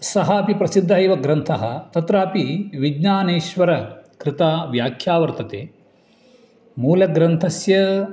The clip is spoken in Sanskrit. सः अपि प्रसिद्धः एव ग्रन्थः तत्रापि विज्ञानेश्वरेण कृता व्याख्या वर्तते मूलग्रन्थस्य